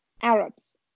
Arabs